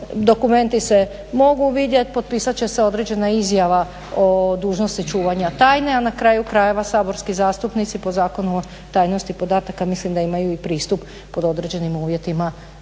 dokumenti se mogu vidjeti, potpisat će se određena izjava o dužnosti čuvanja tajne a na kraju krajeva saborski zastupnici po Zakonu o tajnosti podataka mislim da imaju i pristup pod određenim uvjetima